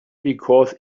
because